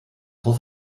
trop